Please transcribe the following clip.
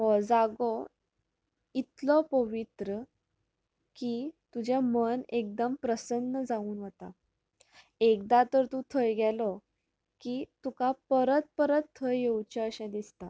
हो जागो इतलो पवित्र की तुजें मन एकदम प्रसन्न जावन वता एकदा तर तूं थंय गेलो की तुका परत परत थंय येवचें कशें दिसता